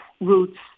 routes